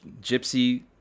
gypsy